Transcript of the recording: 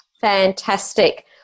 Fantastic